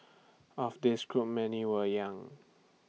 of this group many were young